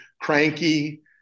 cranky